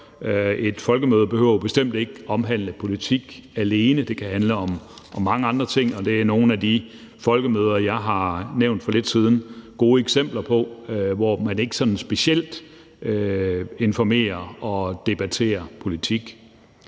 Et folkemøde behøver bestemt ikke omhandle politik alene. Det kan handle om mange andre ting, og det er nogle af de folkemøder, jeg lige har nævnt, gode eksempler på, for her er formålet ikke specielt at informere om eller debattere politik.